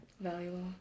Valuable